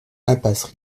impasse